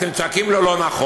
אז אתם צועקים לו "לא נכון".